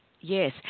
yes